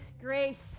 grace